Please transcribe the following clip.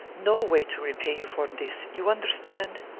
no way to repay you for this, you understand?